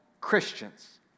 Christians